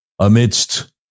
amidst